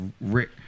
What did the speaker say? Rick